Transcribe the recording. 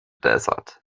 desert